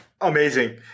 Amazing